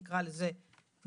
נקרא לזה, מוסך.